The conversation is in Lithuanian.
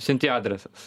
siuntėjo adresas